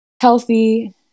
healthy